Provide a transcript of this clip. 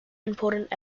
important